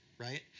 Right